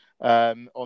on